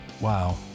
Wow